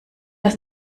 das